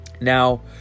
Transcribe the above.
Now